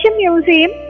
museum